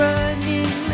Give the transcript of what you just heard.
Running